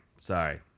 Sorry